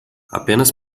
apenas